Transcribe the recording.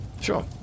Sure